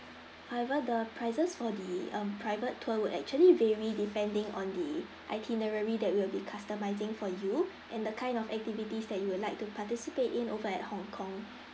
however the prices for the um private tour will actually vary depending on the itinerary that we'll be customizing for you and the kind of activities that you would like to participate in over at hong kong